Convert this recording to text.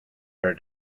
her